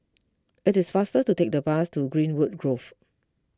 it is faster to take the bus to Greenwood Grove